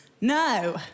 No